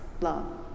love